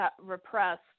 repressed